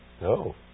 No